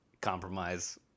compromise